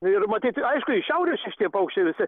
ir matyti aišku iš šiaurės šitie paukščiai visi